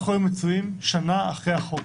אנחנו היום מצויים שנה אחרי החוק,